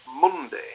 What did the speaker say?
Monday